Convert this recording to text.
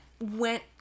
went